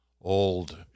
old